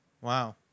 Wow